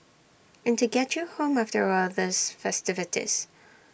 and to get you home after all the festivities